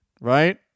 right